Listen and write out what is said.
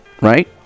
right